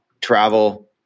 travel